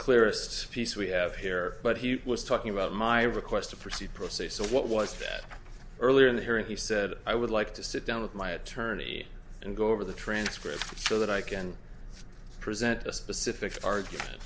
clearest piece we have here but he was talking about my request to proceed pro se so what was that earlier in here and he said i would like to sit down with my attorney and go over the transcript so that i can present a specific argument